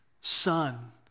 son